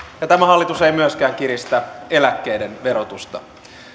ja tämä hallitus ei myöskään kiristä eläkkeiden verotusta